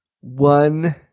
one